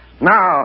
Now